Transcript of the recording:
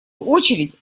очередь